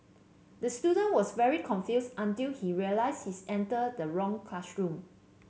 the student was very confused until he realise his entered the wrong classroom